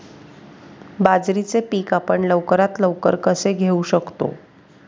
बाजरीचे पीक आपण लवकरात लवकर कसे घेऊ शकतो?